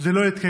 זה לא יתקיים.